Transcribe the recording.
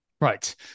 right